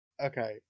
okay